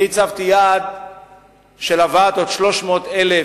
אני הצבתי יעד של הבאת עוד 300,000